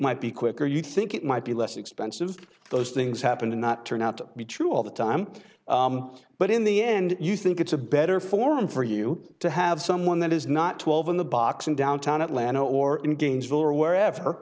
might be quicker you think it might be less expensive those things happen and not turn out to be true all the time but in the end you think it's a better forum for you to have someone that is not twelve in the box in downtown atlanta or in gainesville or wherever